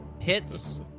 Hits